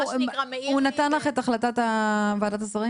הוא נתן לך את ההחלטה של ועדת השרים?